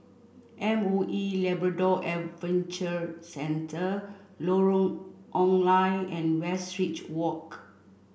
M O E Labrador Adventure Centre Lorong Ong Lye and Westridge Walk